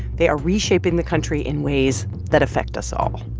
they are reshaping the country in ways that affect us all.